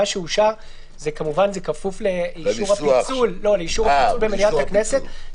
מה שאושר זה כפוף לאישור הפיצול במליאת הכנסת.